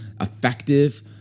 effective